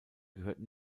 gehörte